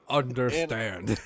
understand